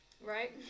Right